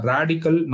Radical